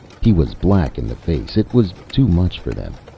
he was black in the face. it was too much for them.